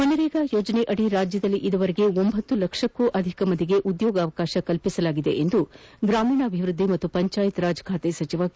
ಮಸ್ರೇಗಾ ಯೋಜನೆಯಡಿ ರಾಜ್ಯದಲ್ಲಿ ಈವರೆಗೆ ಒಂಬತ್ತು ಲಕ್ಷಕೂ ಅಧಿಕ ಜನರಿಗೆ ಉದ್ಯೋಗ ಕಲ್ಪಿಸಲಾಗಿದೆ ಎಂದು ಗ್ರಾಮೀಣಾಭಿವೃದ್ದಿ ಮತ್ತು ಪಂಚಾಯತ್ ರಾಜ್ ಸಚಿವ ಕೆ